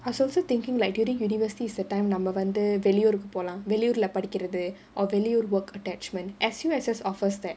I was also thinking like during university is the time நம்ம வந்து வெளி ஊருக்கு போலாம் வெளி ஊர்ல படிக்கிறது வெளி ஊரு:namma vanthu veli oorukku polaam veli oorla padikkirathu veli ooru work attachment S_U_S_S offers that